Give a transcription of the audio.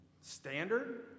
standard